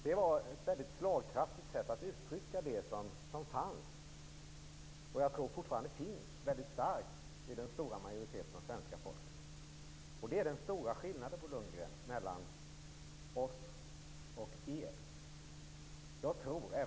Det var ett slagkraftigt sätt att uttrycka det som fanns och som fortfarande finns hos en stor majoritet av svenska folket. Det är den stora skillnaden, Bo Lundgren, mellan oss och er.